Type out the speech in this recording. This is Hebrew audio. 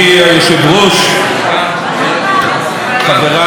חבריי חברי הכנסת,